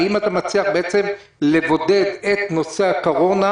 האם אתה מצליח בעצם לבודד את נושא הקורונה